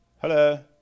Hello